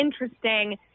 interesting